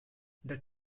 that